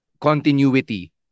continuity